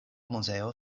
muzeo